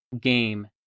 game